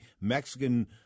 Mexican